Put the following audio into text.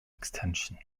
extension